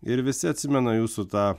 ir visi atsimena jūsų tą